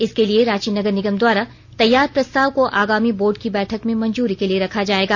इसके लिए रांची नगर निगम द्वारा तैयार प्रस्ताव को आगामी बोर्ड की बैठक में मंजूरी के लिए रखा जायेगा